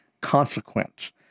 consequence